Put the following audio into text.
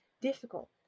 difficult